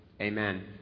Amen